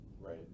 Right